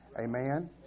Amen